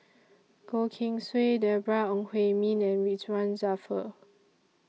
Goh Keng Swee Deborah Ong Hui Min and Ridzwan Dzafir